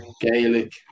Gaelic